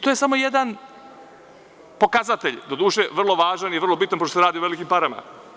To je samo jedan pokazatelj, doduše, vrlo važan i vrlo bitan, pošto se radi o velikim parama.